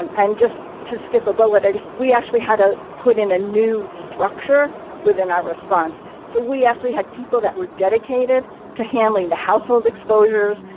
um and just to skip a bullet i just we actually had to ah put in a new structure within our response. so, we actually had people that were dedicated to handling the household exposures,